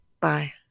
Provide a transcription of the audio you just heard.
bye